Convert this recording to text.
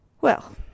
Well